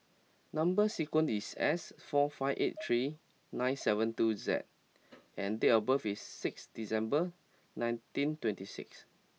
number sequence is S four five eight three nine seven two Z and date of birth is six December nineteen twenty six